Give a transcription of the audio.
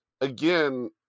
again